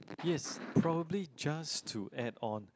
yes probably just to add on